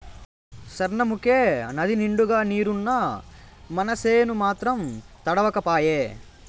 సార్నముకే నదినిండుగా నీరున్నా మనసేను మాత్రం తడవక పాయే